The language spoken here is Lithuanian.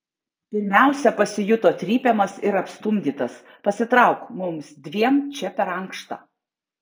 pirmiausia pasijuto trypiamas ir apstumdytas pasitrauk mums dviem čia per ankšta